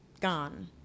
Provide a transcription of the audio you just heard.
gone